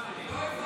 ואני לא אפרט,